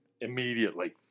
immediately